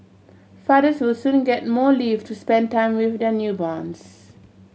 fathers will soon get more leave to spend time with their newborns